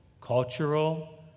cultural